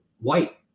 White